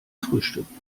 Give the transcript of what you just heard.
frühstücken